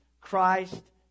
Christ